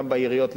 גם בעיריות,